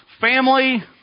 family